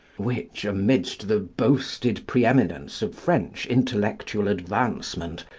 which, amidst the boasted pre-eminence of french intellectual advancement,